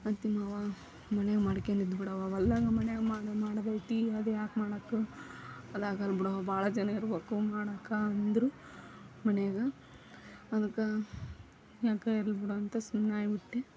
ಅತ್ತೆ ಮಾವ ಮನೆಯಾಗ ಮಾಡ್ಕೊಂಡು ಇದ್ಬಿಡವ್ವ ಅವೆಲ್ಲನೂ ಮನೆಯಾಗ ಮಾಡಿ ಮಾಡೋದೈತಿ ಅದ್ಯಾಕ ಮಾಡೋಕೆ ಅದಾಗಲ್ಲ ಬಿಡವ್ವ ಭಾಳ ಜನ ಇರಬೇಕು ಮಾಡೋಕೆ ಅಂದರು ಮನೆಯಾಗ ಅದಕ್ಕೆ ನನ್ನ ಕೈಯ್ಯಲ್ಲಾಗೋಲ್ಲ ಬಿಡು ಅಂತ ಸುಮ್ಮನಾಗ್ಬಿಟ್ಟೆ